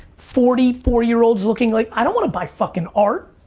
forty four year olds looking like, i don't wanna buy fucking art,